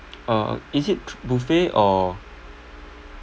uh is it buffet or